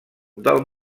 del